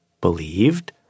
believed